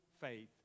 faith